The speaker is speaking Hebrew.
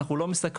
אנחנו לא מסכמים,